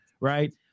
right